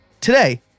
Today